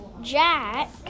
jack